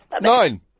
Nine